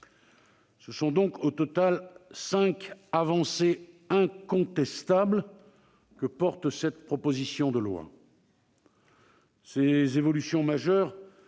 Ce sont donc au total cinq avancées incontestables qui figurent dans cette proposition de loi. Ces évolutions majeures